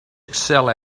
excel